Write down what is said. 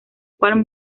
cual